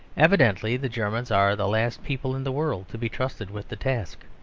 evidently the germans are the last people in the world to be trusted with the task.